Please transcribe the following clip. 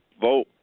vote